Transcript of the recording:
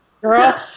girl